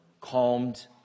calmed